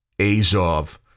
Azov